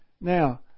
Now